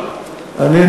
לפרוטוקול: אני לא רב.